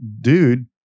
dude